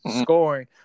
scoring